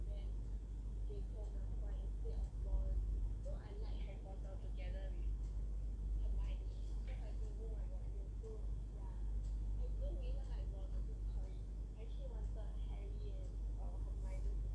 and so I like you cannot now together we mind games like actually was that